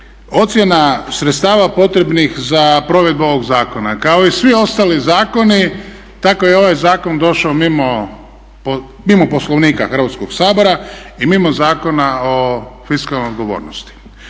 ocjena sredstava potrebnih za provedbu ovog zakona. kao i svi ostali zakoni tako i ovaj zakon došao mimo Poslovnika Hrvatskog sabora i mimo Zakona o fiskalnoj odgovornosti.